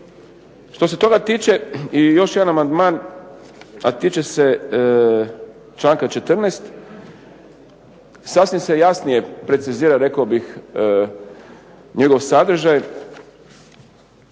Što se toga tiče i još jedan amandman, a tiče se članka 14. sasvim se jasnije precizira rekao bih njegov sadržaj